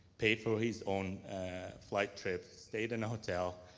paid for his own flight trip, stayed in a hotel,